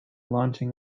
launching